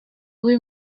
rue